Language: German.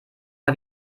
mal